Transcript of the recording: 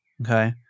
Okay